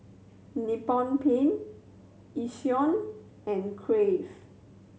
Nippon Paint Yishion and Crave